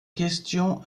question